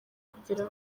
kugera